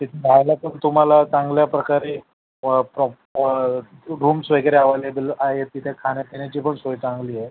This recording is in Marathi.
तिथे राहायला पण तुम्हाला चांगल्याप्रकारे प्रॉप रूम्स वगैरे अवेलेबल आहेत तिथे खाण्यापिण्याची पण सोय चांगली आहे